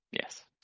Yes